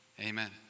Amen